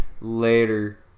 Later